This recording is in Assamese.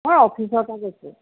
অঁ অফিচৰ পৰা কৈছোঁ